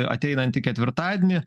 ateinantį ketvirtadienį